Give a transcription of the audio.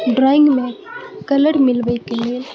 ड्रॉइंगमे colour मिलबैके लिए